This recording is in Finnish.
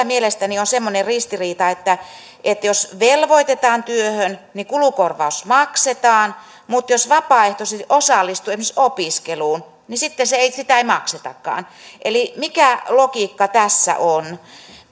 mielestäni on semmoinen ristiriita että että jos velvoitetaan työhön niin kulukorvaus maksetaan mutta jos vapaaehtoisesti osallistuu esimerkiksi opiskeluun niin sitten sitä ei maksetakaan eli mikä logiikka tässä on